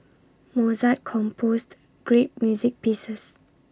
Mozart composed great music pieces